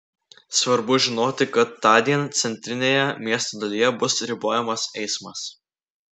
svarbu žinoti kad tądien centrinėje miesto dalyje bus ribojamas eismas